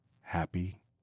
happy